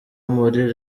muri